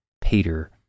peter